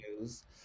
news